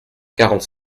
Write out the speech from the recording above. quarante